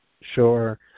Sure